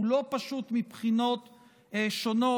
הוא לא פשוט מבחינות שונות,